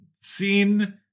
seen